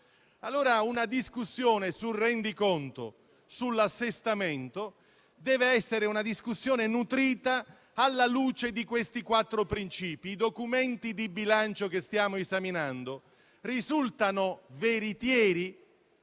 Una discussione sul rendiconto e sull'assestamento deve essere nutrita alla luce di questi quattro principi. I documenti di bilancio che stiamo esaminando risultano veritieri?